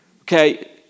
Okay